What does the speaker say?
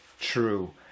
true